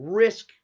risk